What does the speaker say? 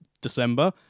December